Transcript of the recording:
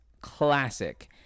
classic